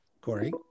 Corey